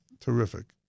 terrific